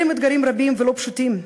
אלה הם אתגרים רבים ולא פשוטים,